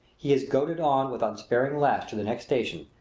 he is goaded on with unsparing lash to the next station,